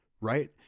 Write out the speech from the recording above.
right